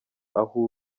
aho